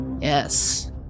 Yes